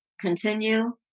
continue